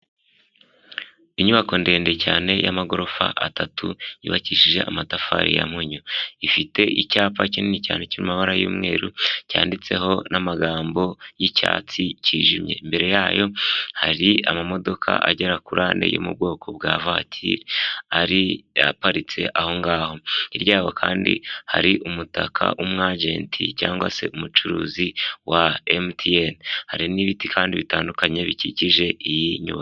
Inyubako ndende cyane y'amagorofa atatu yubakishije amatafari ya munyu. Ifite icyapa kinini cyane cy'amabara y'umweru cyanditseho n'amagambo y'icyatsi cyijimye. Imbere yayo hari amamodoka agera kuri ane yo mu bwoko bwa vatiri aparitse aho ngaho hirya yaho kandi hari umutaka w'umwageti cyangwa se umucuruzi wa Emutiyeni. Hari n'ibiti kandi bitandukanye bikikije iyi nyubako.